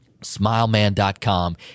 Smileman.com